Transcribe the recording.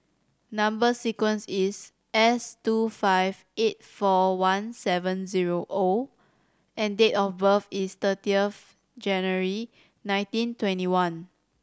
number sequence is S two five eight four one seven zero O and date of birth is thirtieth January nineteen twenty one